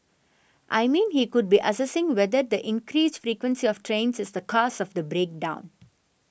I mean he could be assessing whether the increased frequency of trains is the cause of the break down